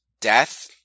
death